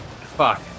Fuck